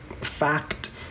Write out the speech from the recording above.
Fact